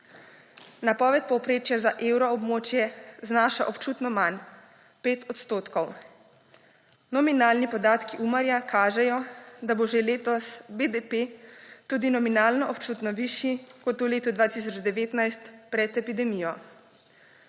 Napoved povprečja za evroobmočje znaša občutno manj – 5 odstotkov. Nominalni podatki Umarja kažejo, da bo že letos BDP tudi nominalno občutno višji kot v letu 2019 pred epidemijo.